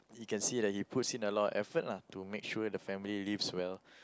you can see like he puts in a lot of effort lah to make sure the family lives well